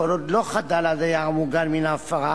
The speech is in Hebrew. כל עוד לא חדל הדייר המוגן מן ההפרה